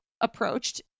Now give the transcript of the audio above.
approached